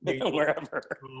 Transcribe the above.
wherever